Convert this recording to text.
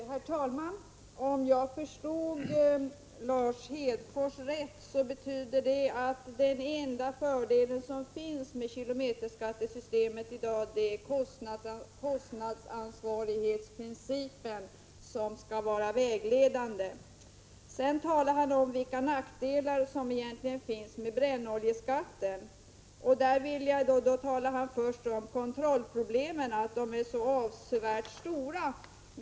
Herr talman! Om jag förstod Lars Hedfors rätt, är den enda fördel som finns med kilometerskattesystemet kostnadsansvarighetsprincipen, som skall vara vägledande. Sedan talade han om vilka nackdelar som finns med brännoljeskatten. Först talade han om att kontrollproblemen är så avsevärda.